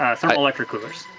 ah thermoelectric coolers.